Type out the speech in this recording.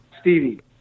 Stevie